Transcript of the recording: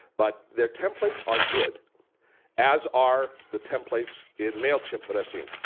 but their templates are good as are the templates in mailchimp that i've seen.